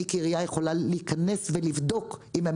אני כעירייה יכולה להיכנס ולבדוק אם הם